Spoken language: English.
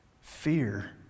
Fear